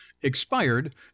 expired